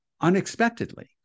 unexpectedly